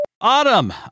Autumn